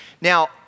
Now